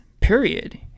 period